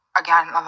Again